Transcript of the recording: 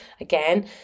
again